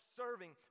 serving